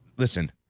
Listen